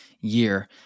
year